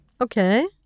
Okay